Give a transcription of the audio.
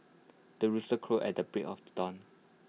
the rooster crows at the break of the dawn